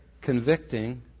convicting